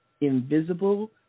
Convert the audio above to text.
invisible